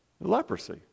Leprosy